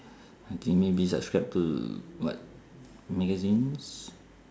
I think maybe subscribe to what magazines